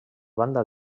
banda